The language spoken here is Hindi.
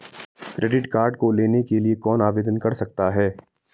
क्रेडिट कार्ड लेने के लिए कौन आवेदन कर सकता है?